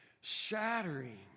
shattering